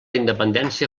independència